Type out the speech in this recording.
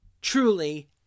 truly